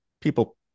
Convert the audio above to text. people